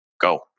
Go